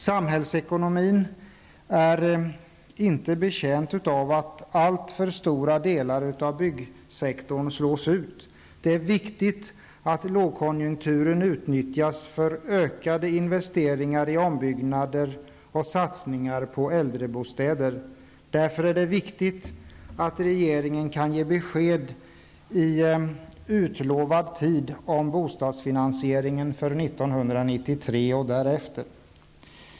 Samhällsekonomin är inte betjänt av att alltför stora delar av byggsektorn slås ut. Det är viktigt att lågkonjunkturen utnyttjas för ökade investeringar i ombyggnader och satsningar på äldrebostäder. Det är därför viktigt att regeringen kan ge besked i utlovad tid om bostadsfinansieringen för år 1993 och därefter.